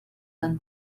and